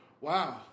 wow